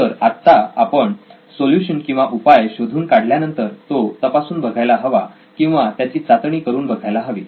तर आपण आत्ता सोल्युशन किंवा उपाय शोधून काढल्यानंतर तो तपासून बघायला हवा किंवा त्याची चाचणी करून बघायला हवी